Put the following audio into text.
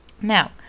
Now